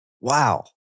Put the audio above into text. wow